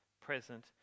present